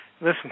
listen